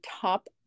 top